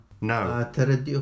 No